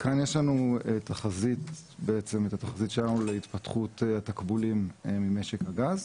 יש לנו את התחזית שלנו להתפתחות התקבולים ממשק הגז.